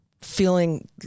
feeling